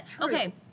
okay